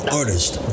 artist